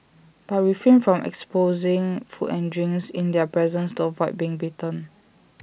but refrain from exposing food and drinks in their presence to avoid being bitten